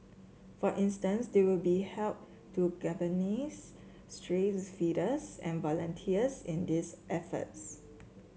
for instance they will be help to galvanise stray feeders and volunteers in these efforts